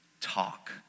talk